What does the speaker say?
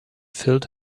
filled